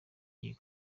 iyi